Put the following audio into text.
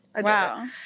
Wow